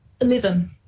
Eleven